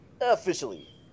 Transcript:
Officially